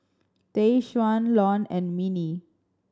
Tayshaun Lon and Minnie